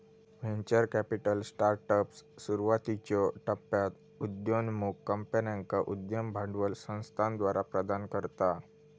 venture capital startups, सुरुवातीच्यो टप्प्यात उदयोन्मुख कंपन्यांका उद्यम भांडवल संस्थाद्वारा प्रदान करता